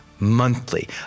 Monthly